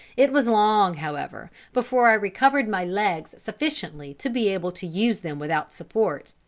it was long, however, before i recovered my legs sufficiently to be able to use them without support.